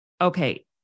Okay